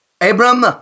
Abram